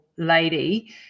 lady